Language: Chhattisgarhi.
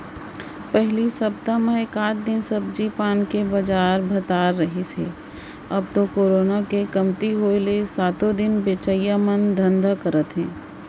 पहिली सप्ता म एकात दिन सब्जी पान के बजार भरात रिहिस हे अब तो करोना के कमती होय ले सातो दिन बेचइया मन धंधा करत हे